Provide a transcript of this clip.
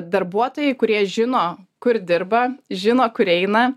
darbuotojai kurie žino kur dirba žino kur eina